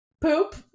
poop